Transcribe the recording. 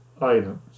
items